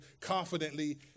confidently